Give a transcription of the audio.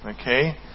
Okay